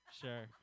sure